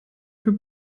für